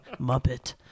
Muppet